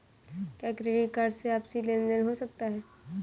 क्या credit card से आपसी लेनदेन हो सकता है?